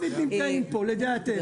--- פיזית נמצאים פה לדעתך.